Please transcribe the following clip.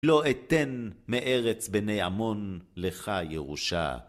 לא אתן מארץ בני עמון לך ירושה.